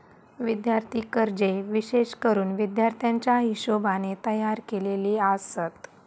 विद्यार्थी कर्जे विशेष करून विद्यार्थ्याच्या हिशोबाने तयार केलेली आसत